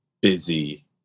busy